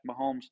Mahomes